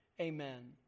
Amen